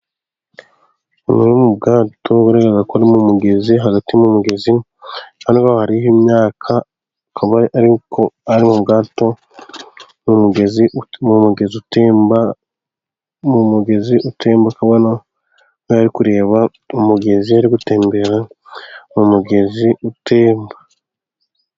Bumwe mu bwato bigaragara ko buri mu mugezi hagati mu mugezi hariho imyaka akaba ari uko ari ubwato n'umugezi utuma umugezi utemba, mu mugezi utumba akabona aho kureba umugezi, uri gutembera mu mugezi utemba.